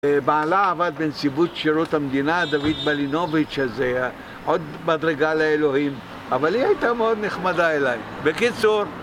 בעלה עבד בנציבות שירות המדינה, דוד מלינוביץ' הזה, עוד מדרגה לאלוהים, אבל היא הייתה מאוד נחמדה אליי. בקיצור...